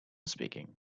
speaking